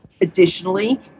Additionally